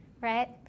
right